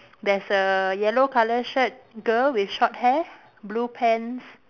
there's a yellow colour shirt girl with short hair blue pants